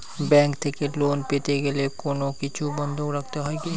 Bank থেকে loan পেতে গেলে কোনো কিছু বন্ধক রাখতে হয় কি?